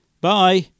Bye